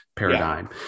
Paradigm